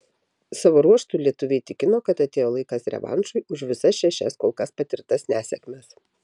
savo ruožtu lietuviai tikino kad atėjo laikas revanšui už visas šešias kol kas patirtas nesėkmes